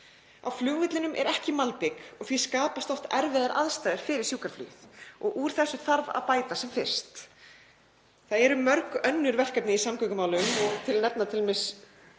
Á flugvellinum er ekki malbik og því skapast oft erfiðar aðstæður fyrir sjúkraflugið og úr þessu þarf að bæta sem fyrst. Það eru mörg önnur verkefni í samgöngumálum og til að nefna nokkur